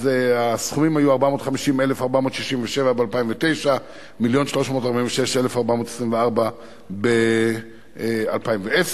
אז הסכומים היו 450,467 שקל ב-2009 ומיליון ו-346,424 שקל ב-2010.